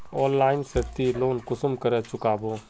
Online से ती loan कुंसम करे चुकाबो?